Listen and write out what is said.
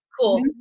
Cool